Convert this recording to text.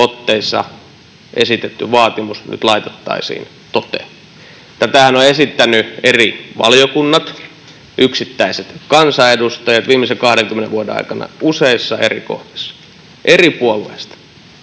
otteissa esitetty vaatimus nyt laitettaisiin toteen. Tätähän ovat esittäneet eri valiokunnat ja yksittäiset kansanedustajat viimeisen 20 vuoden aikana useissa eri kohdissa eri puolueista